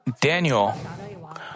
Daniel